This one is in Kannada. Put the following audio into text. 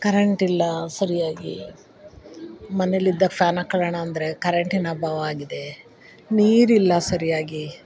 ಕರೆಂಟಿಲ್ಲ ಸರಿಯಾಗಿ ಮನೇಲಿದ್ದಾಗ ಫ್ಯಾನ್ ಹಾಕೊಳನ ಅಂದರೆ ಕರೆಂಟಿನ ಅಭಾವ ಆಗಿದೆ ನೀರಿಲ್ಲ ಸರಿಯಾಗಿ